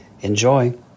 Enjoy